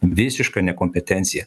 visiška nekompetencija